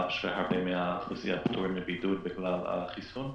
שהרבה מהאוכלוסייה פטורים מבידוד בגלל החיסון.